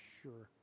sure